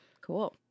Cool